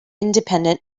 independent